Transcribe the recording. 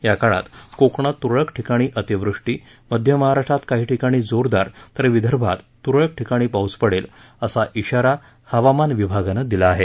याकाळात कोकणात तुरळक ठिकाणी अतिवृष्टी मध्य महाराष्ट्रात काही ठिकाणी जोरदार तर विदर्भात तुरळक ठिकाणी पाऊस पडेल असा इशारा हवामान विभागानं दिला आहे